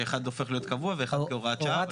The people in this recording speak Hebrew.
שאחד הופך להיות קבוע ואחד כהוראת שעה.